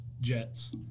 Jets